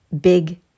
big